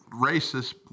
racist